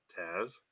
Taz